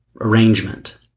arrangement